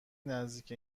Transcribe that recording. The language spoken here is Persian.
نزدیک